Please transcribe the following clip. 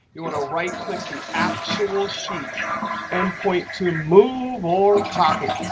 you want to right click the actual sheet and point to move or copy.